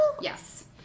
Yes